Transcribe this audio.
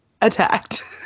attacked